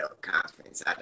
conference